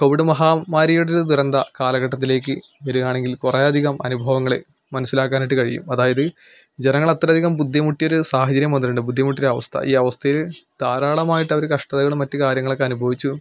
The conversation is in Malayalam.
കോവിഡ് മഹാമാരിയുടെ ഒരു ദുരന്ത കാലഘട്ടത്തിലേക്ക് വരികയാണങ്കിൽ കുറേയധികം അനുഭവങ്ങൾ മനസ്സിലാക്കാനായിട്ട് കഴിയും അതായത് ജനങ്ങൾ അത്രയധികം ബുദ്ധിമുട്ടിയ ഒരു സാഹചര്യം വന്നിട്ടുണ്ട് ബുദ്ധിമുട്ടിയ ഒരു അവസ്ഥ ഈ അവസ്ഥയിൽ ധാരാളമായിട്ട് അവർ കഷ്ടതകളും മറ്റു കാര്യങ്ങളും ഒക്കെ അനുഭവിച്ചു